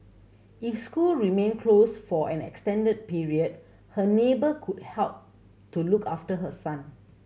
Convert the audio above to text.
if school remain close for an extended period her neighbour could help to look after her son